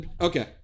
okay